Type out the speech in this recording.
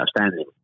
outstanding